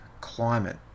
climate